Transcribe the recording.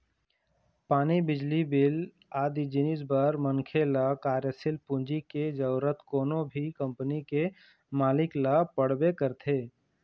पानी, बिजली बिल आदि जिनिस बर मनखे ल कार्यसील पूंजी के जरुरत कोनो भी कंपनी के मालिक ल पड़बे करथे